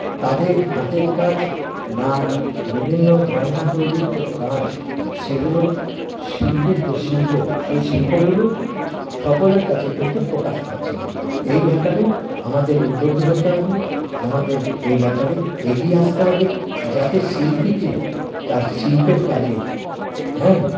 তাদের হাতের কাজ বা বিভিন্ন গয়না তৈরির যে কাজ সেগুলো শিল্পীর যে শিল্প সেই শিল্পগুলো সকলের কাছে কিন্তু প্রকাশ পাচ্ছে না এই ব্যাপারে আমাদের উদ্যোগী হতে হবে আমাদের এই ব্যাপারে এগিয়ে আসতে হবে যাতে শিল্পীকে তার শিল্পের কাজের হ্যাঁ